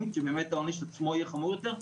שהעונש עצמו יהיה חמור יותר,